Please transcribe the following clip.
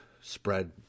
spread